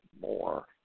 more